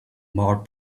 more